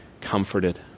comforted